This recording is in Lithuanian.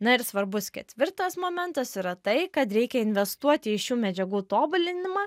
na ir svarbus ketvirtas momentas yra tai kad reikia investuoti į šių medžiagų tobulinimą